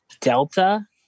Delta